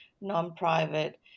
non-private